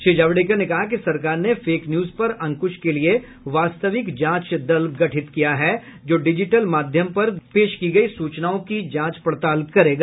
श्री जावड़ेकर ने कहा कि सरकार ने फेक न्यूज पर अंकुश के लिए वास्तविक जांच दल गठित की है जो डिजिटल माध्यम पर पेश की गई सूचनाओं की जांच पड़ताल करेगा